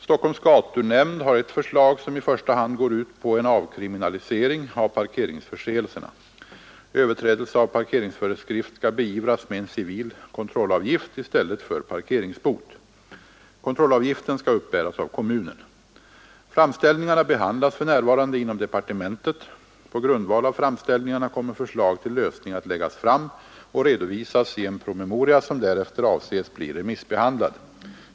Stockholms gatunämnd har ett förslag som i första hand går ut på en avkriminalisering av parkeringsförseelserna. Överträdelse av parkeringsföreskrift skall beivras med en civil kontrollavgift i stället för parkeringsbot. Kontroll avgiften skall uppbäras av kommunen. Framställningarna behandlas för närvarande inom departementet. På grundval av framställningarna kommer förslag till lösning att läggas fram och redovisas i en promemoria, som därefter avses bli remissbehandlad.